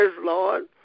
Lord